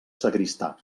sagristà